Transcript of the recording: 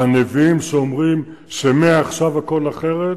והנביאים שאומרים שמעכשיו הכול אחרת,